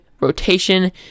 rotation